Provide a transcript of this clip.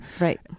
Right